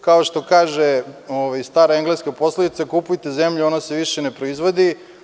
Kao što kaže stara engleska poslovica – kupujte zemlju, ona se više ne proizvodi.